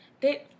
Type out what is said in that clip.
They-